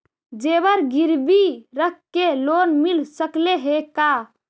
जेबर गिरबी रख के लोन मिल सकले हे का?